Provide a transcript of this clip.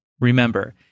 Remember